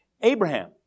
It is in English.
Abraham